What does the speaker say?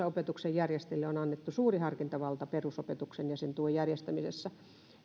opetuksen järjestäjille on annettu suuri harkintavalta perusopetuksen ja sen tuen järjestämisessä